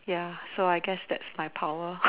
ya so I guess that's my power